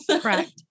Correct